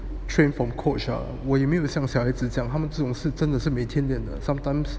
train from coach ah 我也没有像小孩子这样他们这种真的是每天练 sometimes